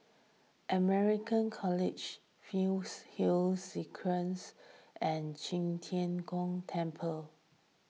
American College Fernhill and Qi Tian Gong Temple